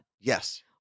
Yes